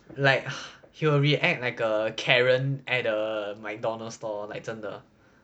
like he will react like a karen at a mcdonald's store like 真的